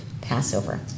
Passover